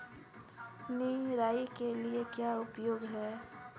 निराई के लिए क्या उपयोगी है?